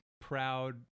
proud